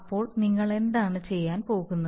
അപ്പോൾ നിങ്ങൾ എന്താണ് ചെയ്യാൻ പോകുന്നത്